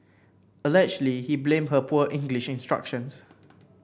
allegedly he blamed her poor English instructions